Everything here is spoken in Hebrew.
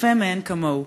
יפה מאין כמוהו,